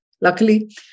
Luckily